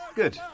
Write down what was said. um good,